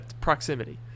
Proximity